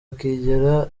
akigera